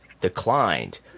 declined